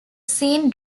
seen